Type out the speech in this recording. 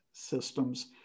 systems